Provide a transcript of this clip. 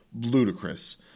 ludicrous